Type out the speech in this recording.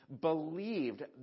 believed